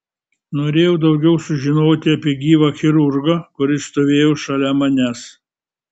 norėjau daugiau sužinoti apie gyvą chirurgą kuris stovėjo šalia manęs